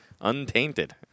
Untainted